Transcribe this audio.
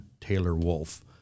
Taylor-Wolf